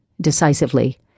decisively